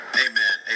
Amen